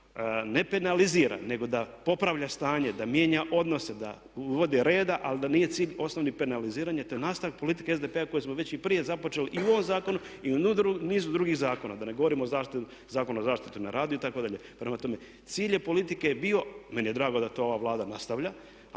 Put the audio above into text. ne penalizira nego da popravlja stanje, da mijenja odnose, da uvodi reda ali da nije cilj osnovni penaliziranje te nastavak politike SDP-a koju smo već i prije započeli i ovom zakonu i u nizu drugih zakona, da ne govorim o zaštiti, Zakonu o zaštiti na radu itd. Prema tome, cilj politike je bio, meni je drago da to ova Vlada nastavlja,